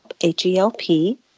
H-E-L-P